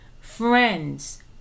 friends